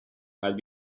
had